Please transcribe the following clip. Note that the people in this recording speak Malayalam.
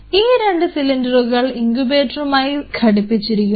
ഈ രണ്ട് സിലിണ്ടറുകൾ ഇങ്കുബേറ്ററൂമായി ഘടിപ്പിച്ചിരിക്കുന്നു